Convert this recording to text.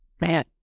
Man